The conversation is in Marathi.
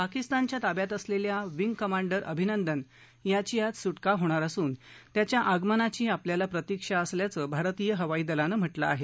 पाकिस्तानच्या ताब्यात असलेल्या विग कमांडर अभिनंदन यांची आज सुटका होणार असून त्यांच्या आगमनाची आपल्याला प्रतिक्षा असल्याचं भारतीय हवाई दलानं म्हटलं आहे